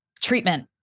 treatment